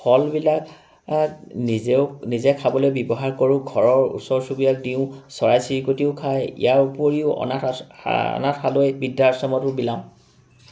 ফলবিলাক নিজেও নিজে খাবলৈ ব্যৱহাৰ কৰোঁ ঘৰৰ ওচৰ চুবুৰীয়াক দিওঁ চৰাই চিৰিকটিয়েও খায় ইয়াৰ উপৰিও অনাথ অনাথালয় বৃদ্ধাশ্ৰমতো বিলাওঁ